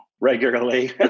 regularly